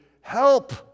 help